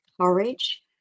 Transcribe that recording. courage